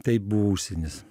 tai buvo užsienis